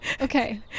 Okay